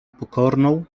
pokorną